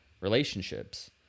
relationships